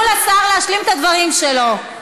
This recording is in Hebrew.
תיתנו לשר להשלים את הדברים שלו.